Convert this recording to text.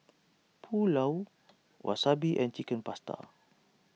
Pulao Wasabi and Chicken Pasta